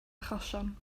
achosion